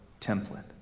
template